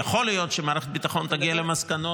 יכול להיות שמערכת הביטחון תגיע למסקנות